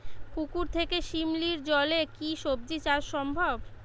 পুকুর থেকে শিমলির জলে কি সবজি চাষ সম্ভব?